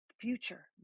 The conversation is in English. future